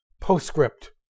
Postscript